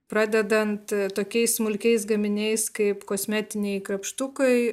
pradedant tokiais smulkiais gaminiais kaip kosmetiniai krapštukai